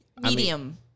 Medium